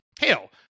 Hell